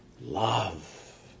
love